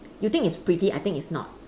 you think it's pretty I think it's not